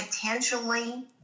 potentially